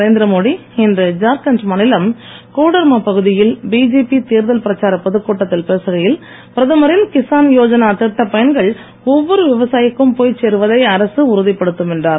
நரேந்திரமோடி இன்று ஜார்க்கண்ட் மாநிலம் கோடர்மா பகுதியில் பிஜேபி தேர்தல் பிரச்சாரப் பொதுக் கூட்டத்தில் பேசுகையில் பிரதமரின் கிசான் யோஜனா திட்டப் பயன்கள் ஒவ்வொரு விவசாயிக்கும் போய்ச் சேருவதை அரசு உறுதிப்படுத்தும் என்றார்